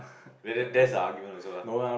then then that's the argument also lah